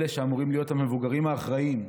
אלה שאמורים להיות המבוגרים האחראיים,